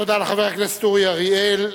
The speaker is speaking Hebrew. תודה לחבר הכנסת אורי אריאל.